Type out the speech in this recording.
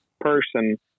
person